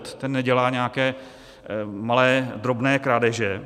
Ten nedělá nějaké malé, drobné krádeže.